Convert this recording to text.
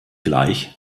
gleich